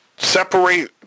separate